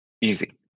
easy